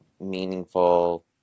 meaningful